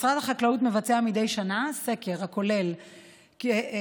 משרד החקלאות מבצע מדי שנה סקר הכולל כ-1,500